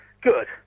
good